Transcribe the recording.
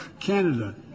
Canada